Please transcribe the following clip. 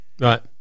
Right